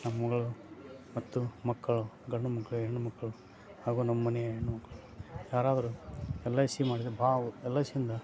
ಮತ್ತು ಮಕ್ಕಳು ಗಂಡು ಮಕ್ಕಳು ಹೆಣ್ಣು ಮಕ್ಕಳು ಹಾಗೂ ನಮ್ಮ ಮನೆಯ ಹೆಣ್ಣು ಮಕ್ಕಳು ಯಾರಾದರೂ ಎ ಐ ಸಿ ಮಾಡಿದರೆ ಬಾ ಎಲ್ ಐ ಸಿಯಿಂದ